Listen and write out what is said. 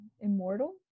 immortal